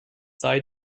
sei